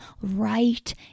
right